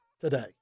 today